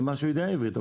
הוא יודע עברית.